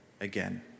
again